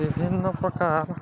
ବିଭିନ୍ନପ୍ରକାର